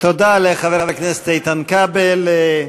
תודה לחבר הכנסת איתן כבל.